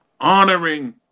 honoring